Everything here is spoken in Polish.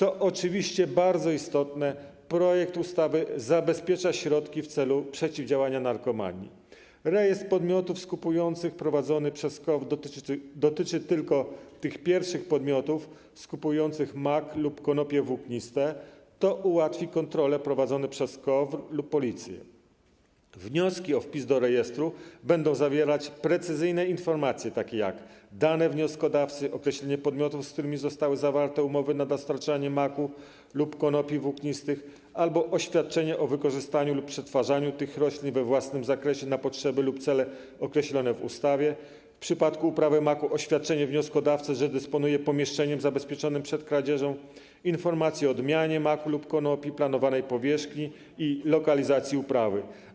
Oczywiście bardzo istotne jest to, że projekt ustawy zabezpiecza środki w celu przeciwdziałania narkomanii: rejestr podmiotów skupujących prowadzony przez KOWR dotyczy tylko tych pierwszych podmiotów skupujących mak lub konopie włókniste (to ułatwi kontrole prowadzone przez KOWR lub policję), wnioski o wpis do rejestru będą zawierać precyzyjne informacje, takie jak: dane wnioskodawcy, określenie podmiotów, z którymi zostały zawarte umowy na dostarczanie maku lub konopi włóknistych, albo oświadczenie o wykorzystaniu lub przetwarzaniu tych roślin we własnym zakresie na potrzeby lub cele określone w ustawie, w przypadku uprawy maku - oświadczenie wnioskodawcy, że dysponuje pomieszczeniem zabezpieczonym przed kradzieżą, informacje o odmianie maku lub konopi, planowanej powierzchni i lokalizacji uprawy.